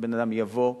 בן-אדם יבוא,